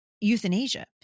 euthanasia